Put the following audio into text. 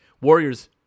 Warriors